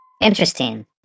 Interesting